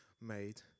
made